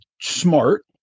smart